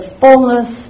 fullness